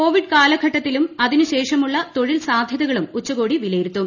Covid കാലഘട്ടത്തിലും അതിനുശേഷമുള്ള തൊഴിൽ സാധ്യതകളും ഉച്ചകോടി വിലയിരുത്തും